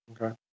Okay